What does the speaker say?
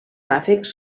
ràfecs